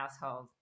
household